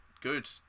good